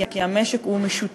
כי המשק הוא משותק.